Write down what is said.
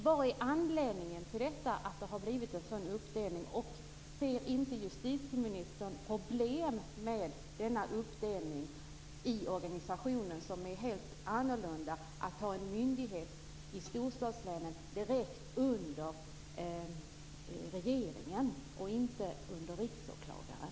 Vad är anledningen till att det har blivit en sådan uppdelning? Ser inte justitieministern problem med denna uppdelning i organisationen, dvs. att i storstadslänen ha en myndighet direkt under regeringen och inte under Riksåklagaren?